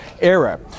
era